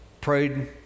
prayed